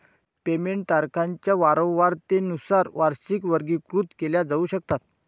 payment तारखांच्या वारंवारतेनुसार वार्षिकी वर्गीकृत केल्या जाऊ शकतात